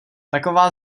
taková